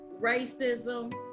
racism